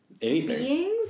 beings